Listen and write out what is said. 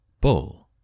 Bull